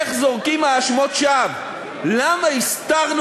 איך זורקים האשמות שווא: "למה הסתרנו